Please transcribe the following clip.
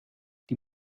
die